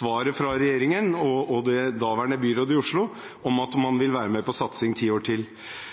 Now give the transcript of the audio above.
svaret fra regjeringen og det daværende byrådet i Oslo om at man ville være med på satsing i ti år til.